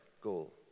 goal